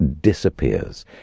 disappears